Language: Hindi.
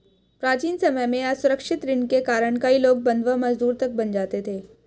प्राचीन समय में असुरक्षित ऋण के कारण कई लोग बंधवा मजदूर तक बन जाते थे